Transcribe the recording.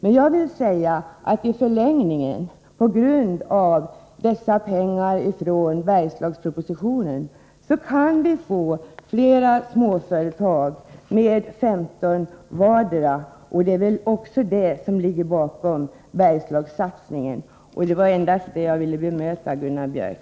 Men i förlängningen kan vi — på grund av pengarna från Bergslagspropositionen — få flera småföretag med 15 anställda vardera. Det är väl också detta som ligger bakom Bergslagssatsningen. Det var endast på den punkten jag ville bemöta Gunnar Björk.